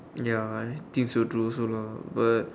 ya I think so too also lor but